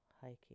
hiking